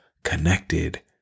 Connected